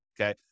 okay